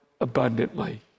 abundantly